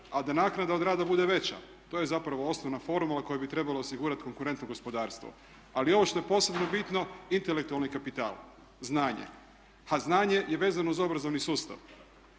a da naknada od rada bude veća. To je zapravo osnovna formula koja bi trebala osigurati konkurentno gospodarstvo. Ali ovo što je posebno bitno intelektualni kapital, znanje. A znanje je vezano uz obrazovni sustav.